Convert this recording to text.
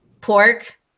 pork